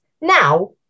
Now